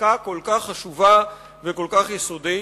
לחקיקה כל כך חשובה וכל כך יסודית.